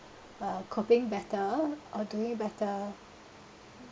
uh coping better or doing better